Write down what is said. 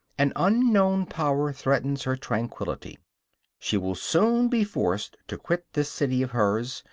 an unknown power threatens her tranquillity she will soon be forced to quit this city of hers,